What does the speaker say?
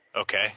Okay